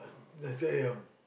Nasi-Ayam